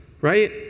Right